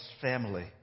family